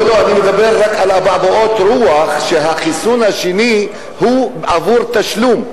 אבעבועות רוח, שהחיסון השני הוא בתשלום.